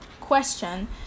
question